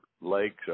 lakes